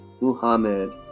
Muhammad